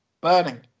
burning